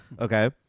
Okay